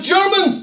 German